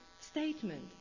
statement